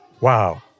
wow